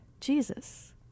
Jesus